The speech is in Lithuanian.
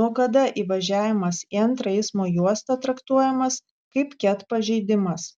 nuo kada įvažiavimas į antrą eismo juostą traktuojamas kaip ket pažeidimas